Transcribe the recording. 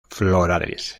florales